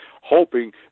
hoping